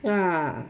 ya